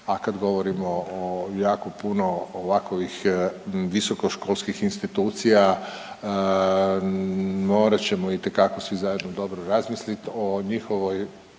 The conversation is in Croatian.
a kad govorimo o jako puno ovakovih visokoškolskih institucija morat ćemo itekako svi zajedno dobro razmislit o njihovoj